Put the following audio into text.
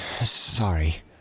Sorry